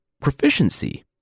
proficiency